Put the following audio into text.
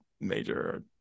major